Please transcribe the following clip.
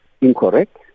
incorrect